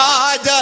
God